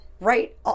Right